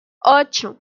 ocho